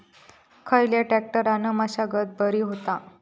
खयल्या ट्रॅक्टरान मशागत बरी होता?